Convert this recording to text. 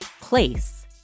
place